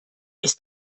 ist